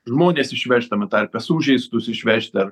žmonės išvežt tame tarpe sužeistus išvežt ar